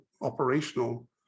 operational